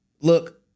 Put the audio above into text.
look